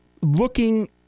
looking